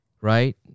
Right